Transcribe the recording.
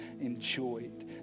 enjoyed